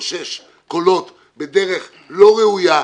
לקושש קולות בדרך לא ראויה,